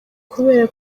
kubera